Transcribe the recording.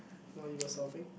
while you were sobbing